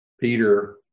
Peter